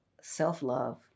self-love